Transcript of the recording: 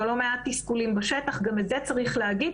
לא מעט תסכולים בשטח וגם את זה צריך להגיד.